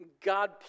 God